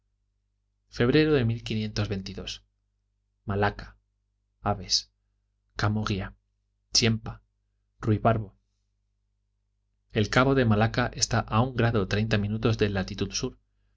febrero de malaca aves camogia chiempa ruibarbo el cabo de malaca está a un grado treinta minutos de latitud sur